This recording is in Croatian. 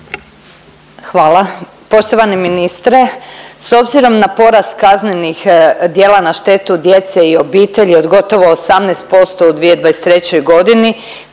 Hvala. Poštovani ministre s obzirom na porast kaznenih djela na štetu djece i obitelji od gotovo 18% u 2023. godini